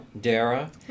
Dara